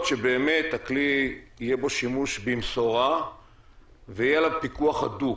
שבאמת יהיה שימוש בכלי במשורה ויהיה עליו פיקוח הדוק.